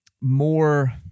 more